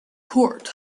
court